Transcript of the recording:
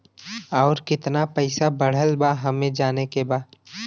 और कितना पैसा बढ़ल बा हमे जाने के बा?